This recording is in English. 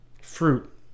Fruit